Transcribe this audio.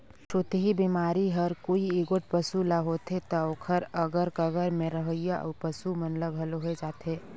छूतही बेमारी हर कोई एगोट पसू ल होथे त ओखर अगर कगर में रहोइया अउ पसू मन ल घलो होय जाथे